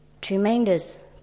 tremendous